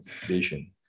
vision